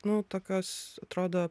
nu tokios atrodo